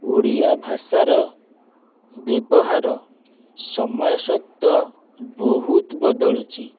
ଓଡ଼ିଆ ଭାଷାର ବ୍ୟବହାର ସମୟ ସହିତ ବହୁତ ବଦଳୁଛି